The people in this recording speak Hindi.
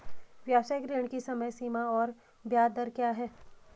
व्यावसायिक ऋण की समय सीमा और ब्याज दर क्या है?